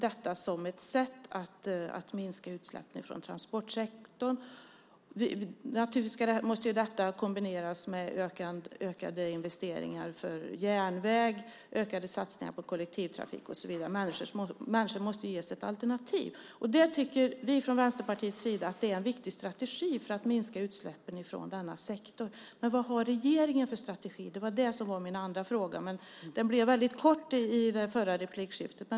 Detta är ett sätt att minska utsläppen från transportsektorn. Naturligtvis måste detta kombineras med ökade investeringar i järnvägen, ökade satsningar på kollektivtrafik och så vidare. Människorna måste ges ett alternativ. Det tycker vi i Vänsterpartiet är en viktig strategi för att minska utsläppen från denna sektor. Men vad har regeringen för strategi? Det var min andra fråga, som blev väldigt kort i min förra replik.